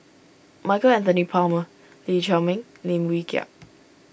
Michael Anthony Palmer Lee Chiaw Meng Lim Wee Kiak